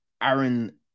Aaron